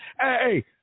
hey